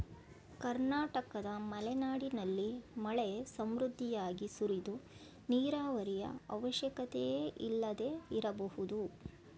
ಕರ್ನಾಟಕದ ಮಲೆನಾಡಿನಲ್ಲಿ ಮಳೆ ಸಮೃದ್ಧಿಯಾಗಿ ಸುರಿದು ನೀರಾವರಿಯ ಅವಶ್ಯಕತೆಯೇ ಇಲ್ಲದೆ ಇರಬಹುದು